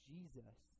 Jesus